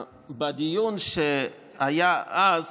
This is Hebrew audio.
בדיון שהיה אז,